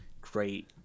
great